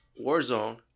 Warzone